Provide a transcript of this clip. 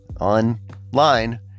online